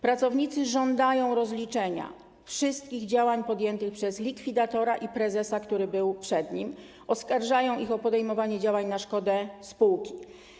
Pracownicy żądają rozliczenia wszystkich działań podjętych przez likwidatora i prezesa, który był przed nim, oskarżają ich o podejmowanie działań na szkodę spółki.